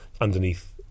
underneath